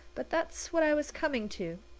but that's what i was coming to.